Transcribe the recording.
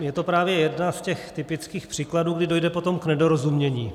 Je to právě jeden z těch typických příkladů, kdy dojde potom k nedorozumění.